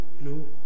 No